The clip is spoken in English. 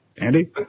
Andy